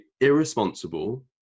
irresponsible